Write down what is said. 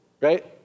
Right